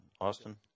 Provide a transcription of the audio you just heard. Austin